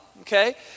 okay